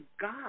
God